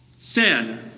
sin